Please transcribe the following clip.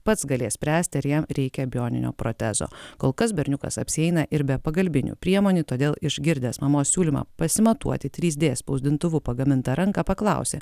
pats galės spręsti ar jam reikia bioninio protezo kol kas berniukas apsieina ir be pagalbinių priemonių todėl išgirdęs mamos siūlymą pasimatuoti trys d spausdintuvu pagamintą ranką paklausė